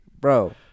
Bro